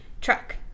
truck